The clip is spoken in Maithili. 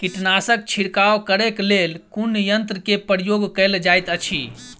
कीटनासक छिड़काव करे केँ लेल कुन यंत्र केँ प्रयोग कैल जाइत अछि?